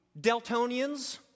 Deltonians